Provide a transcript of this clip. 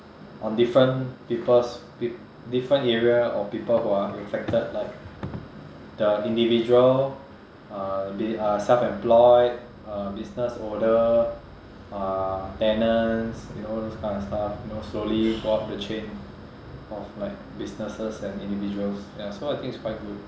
on different people's peop~ different area of people who are affected like the individual uh they are self employed uh business owner uh tenants you know those kinda stuff you know slowly go up the chain of like businesses and individuals ya so I think it's quite good